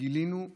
גילינו את